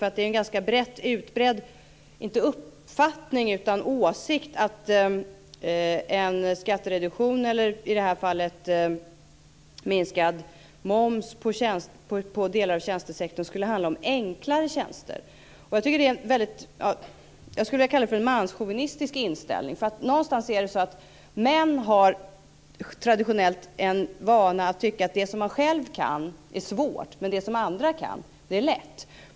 Det är ju en ganska utbredd åsikt att en skattereduktion eller, som i det här fallet, en minskad moms inom delar av tjänstesektorn skulle handla om s.k. enklare tjänster. Jag skulle vilja kalla det för en manschauvinistisk inställning. Någonstans är det så att män traditionellt har en vana att tycka att det som man själv kan är svårt, medan det som andra kan är lätt.